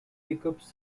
pickups